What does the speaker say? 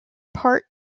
part